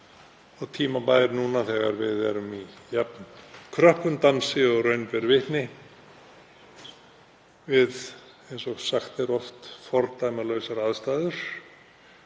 og tímabær núna þegar við erum í jafn kröppum dansi og raun ber vitni við, eins og oft er sagt, fordæmalausar aðstæður.